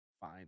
fine